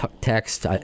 text